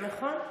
נכון.